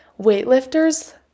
weightlifters